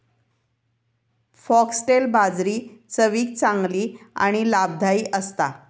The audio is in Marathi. फॉक्स्टेल बाजरी चवीक चांगली आणि लाभदायी असता